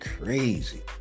crazy